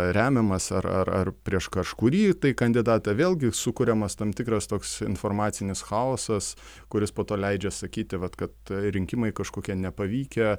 remiamas ar ar ar prieš kažkurį kandidatą vėlgi sukuriamas tam tikras toks informacinis chaosas kuris po to leidžia sakyti vat kad rinkimai kažkokie nepavykę